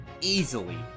easily